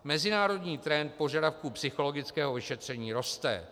Mezinárodní trend požadavků psychologického vyšetření roste.